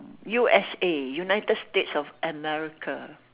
U_S_A United states of america